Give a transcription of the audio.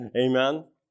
amen